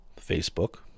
Facebook